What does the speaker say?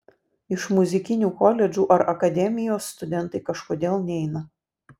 iš muzikinių koledžų ar akademijos studentai kažkodėl neina